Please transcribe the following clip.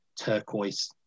turquoise